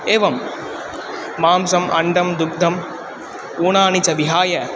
एवं मांसम् अण्डं दुग्धम् ऊणानि च विहाय